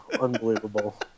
unbelievable